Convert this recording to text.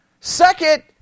Second